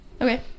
Okay